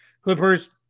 Clippers